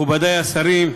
מכובדי השרים,